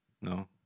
No